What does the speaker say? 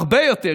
הרבה יותר,